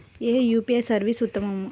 ఏ UPI service ఉత్తమము?